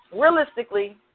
Realistically